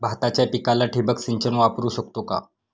भाताच्या पिकाला ठिबक सिंचन वापरू शकतो का?